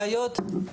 בעיות?